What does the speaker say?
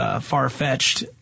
far-fetched